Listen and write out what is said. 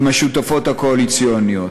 עם השותפות הקואליציוניות.